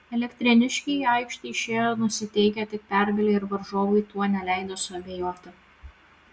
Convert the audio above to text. elektrėniškiai į aikštę išėjo nusiteikę tik pergalei ir varžovui tuo neleido suabejoti